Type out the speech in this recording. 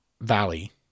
Valley